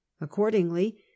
Accordingly